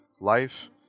life